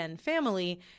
family